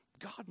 God